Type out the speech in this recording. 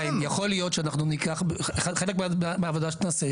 יכול להיות שחלק מהעבודה שנעשה,